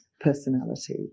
personality